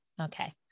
Okay